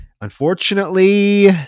unfortunately